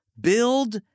build